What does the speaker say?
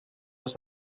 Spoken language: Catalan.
les